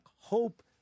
hope